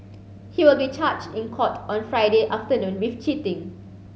he will be charged in court on Friday afternoon with cheating